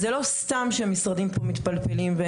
זה לא סתם שהמשרדים פה מתפלפלים,